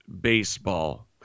baseball